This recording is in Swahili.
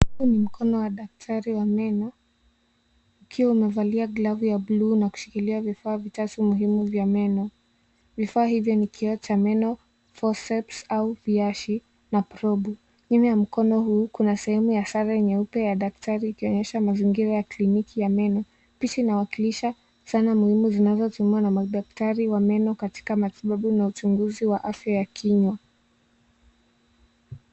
Huu ni mkono wa daktari wa meno ukiwa umevalia glavu ya bluu na kushikilia vifaa vitatu muhimu vya meno. Vifaa hivyo ni kioo cha meno, foreceps au viashi na probu. Nyuma ya mkono huu kuna sehemu ya sare nyeupe ya daktari ikionyesha mazingira ya kliniki ya meno. Picha inawakilisha dhana muhimu zinazotumiwa na madaktari wa meno katika matibabu na uchunguzi wa afya ya kinywa.